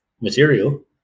material